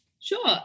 Sure